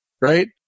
right